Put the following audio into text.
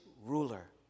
ruler